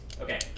Okay